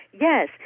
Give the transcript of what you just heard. Yes